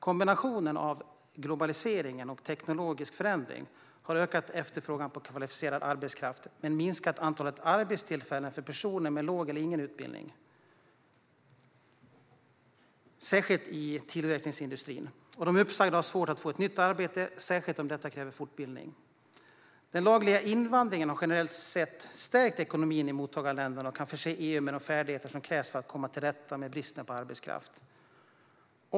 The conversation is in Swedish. Kombinationen av globalisering och teknologisk förändring har ökat efterfrågan på kvalificerad arbetskraft men minskat antalet arbetstillfällen för personer med låg eller ingen utbildning, särskilt i tillverkningsindustrin. De uppsagda har svårt att få ett nytt arbete, särskilt om det kräver fortbildning. Den lagliga invandringen har generellt sett stärkt ekonomin i mottagarländerna och kan förse EU med de färdigheter som krävs för att komma till rätta med bristen på arbetskraft.